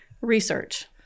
research